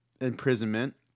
imprisonment